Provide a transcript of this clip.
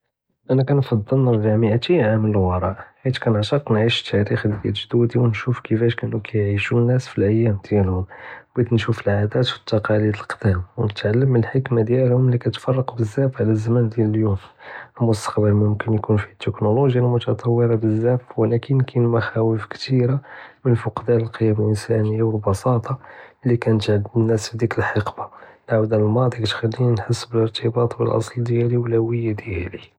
אנא كنפעל נרג'ע מיטין עאם ללוראא חית כנעשק נعيش תאריח דיאל ג'דודי ונשוף כיפאש קנו קיַעישו נאס פי איימ דיאלهم, بغית נשוף אלעאדות ואלתקאליד לקדם ונתעלם מן אלחכמה דיאלهم לי כתפרק בזאף עלא זמן דיאל אליום. אלמוסתקבל מוכנ יכון פיה טכנולוגיה אלמתطورة בזאף ולקין קאין מחרות כתרה מן פקדאן ללקים אלאנסאניה ואלבסاطة לי קנת ענד נאס פי דיאק אלחקה, אלאועודה למאדי לי תח'ליני נחתס בארתבט פלסל דיאלי ואלהוידיה דיאלי.